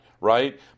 right